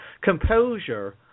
composure